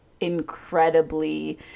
incredibly